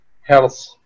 health